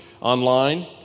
online